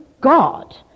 God